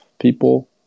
people